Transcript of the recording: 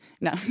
No